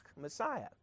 Messiah